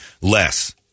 Less